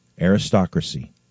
Aristocracy